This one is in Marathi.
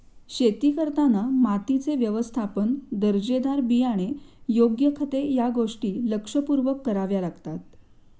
शेती करताना मातीचे व्यवस्थापन, दर्जेदार बियाणे, योग्य खते या गोष्टी लक्षपूर्वक कराव्या लागतात